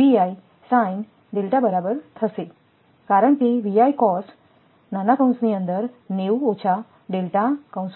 power loss બરાબર થશે કારણકે VIcos90°−𝛿 છે